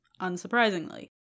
unsurprisingly